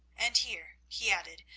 and here, he added,